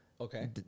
Okay